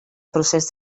procés